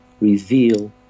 reveal